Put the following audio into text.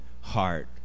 heart